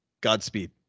godspeed